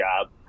job